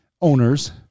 owners